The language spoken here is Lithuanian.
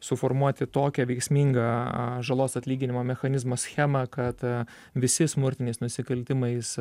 suformuoti tokią veiksmingą žalos atlyginimo mechanizmo schemą kad visi smurtiniais nusikaltimais